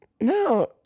no